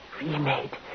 Remade